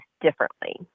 differently